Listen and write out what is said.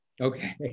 Okay